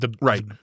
Right